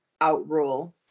outrule